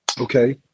Okay